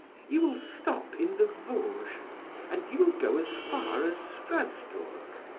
you will stop in the vosges and you will go as far as strasburg.